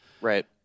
Right